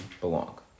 belong